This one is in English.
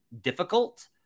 difficult